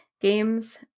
games